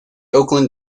oakland